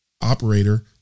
operator